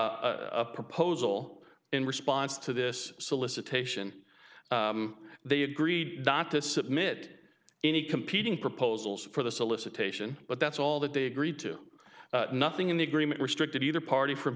proposal in response to this solicitation they agreed not to submit any competing proposals for the solicitation but that's all that they agreed to nothing in the agreement restricted either party from